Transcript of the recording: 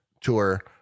tour